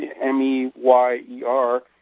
M-E-Y-E-R